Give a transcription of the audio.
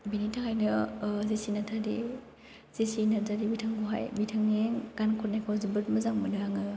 बिनि थाखायनो जेसि नारजारि जेसि नारजारि बिथांखौहाय बिथांनि गान खन्नायखौ जोबोद मोजां मोनो आङो